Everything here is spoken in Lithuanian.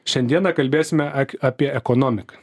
šiandieną kalbėsime ak apie ekonomiką